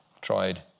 tried